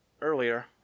earlier